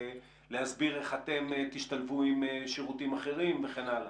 להסביר איך אתם תשתלבו עם שירותים אחרים וכן הלאה?